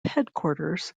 headquarters